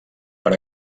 per